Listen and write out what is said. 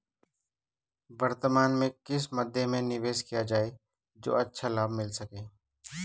वर्तमान में किस मध्य में निवेश किया जाए जो अच्छा लाभ मिल सके?